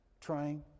trying